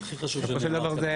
בסופו של דבר זה